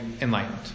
enlightened